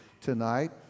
tonight